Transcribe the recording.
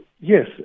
Yes